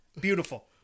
Beautiful